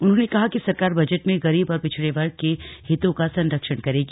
उन्होंने कहा कि सरकार बजट में गरीब और पिछड़े वर्ग के हितों का संरक्षण करेगी